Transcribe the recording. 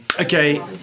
okay